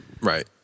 Right